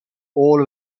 all